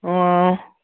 ꯑꯣ